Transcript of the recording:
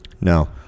no